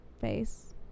face